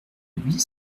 huit